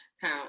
town